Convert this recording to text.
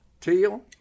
Teal